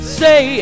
say